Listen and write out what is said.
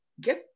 get